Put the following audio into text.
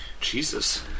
Jesus